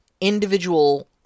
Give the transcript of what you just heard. individual